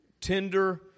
Tender